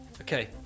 Okay